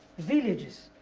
villages